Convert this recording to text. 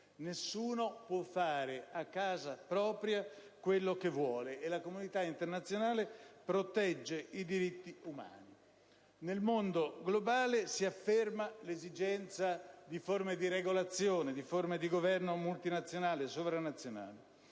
nessuno può fare a casa propria quello che vuole, e la comunità internazionale protegge i diritti umani; nel mondo globale si afferma l'esigenza di forme di regolazione e di governo multinazionali e sovranazionali.